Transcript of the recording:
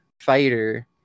fighter